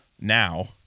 now